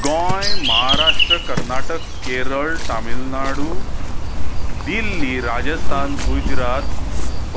Goa Maharashtra Karnataka Kerala Tamil Nadu Delhi Rajasthan Gujarat